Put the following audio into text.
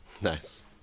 Nice